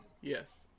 Yes